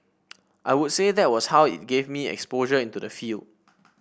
I would say that was how it gave me exposure into the field